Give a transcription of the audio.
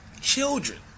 Children